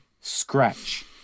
Scratch